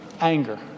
Anger